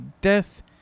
death